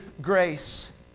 grace